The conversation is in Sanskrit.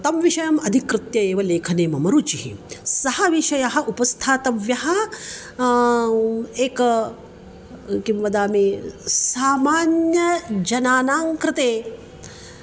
तं विषयम् अधिकृत्य एव लेखने मम रुचिः सः विषयः उपस्थातव्यः एकं किं वदामि सामान्यजनानाङ्कृते